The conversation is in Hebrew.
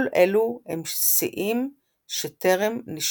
כל אלו הם שיאים שטרם נשברו.